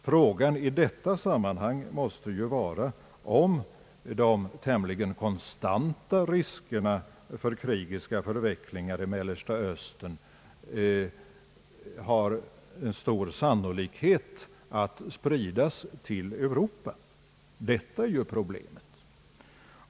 Frågan i detta sammanhang måste vara om det finns stor sannolikhet att de tämligen konstanta riskerna för krigiska förvecklingar i Mellersta Östern skall spridas till Europa. Detta är problemet.